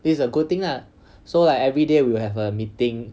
this is a good thing lah so like everyday we will have a meeting